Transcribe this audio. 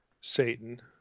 satan